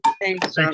Thanks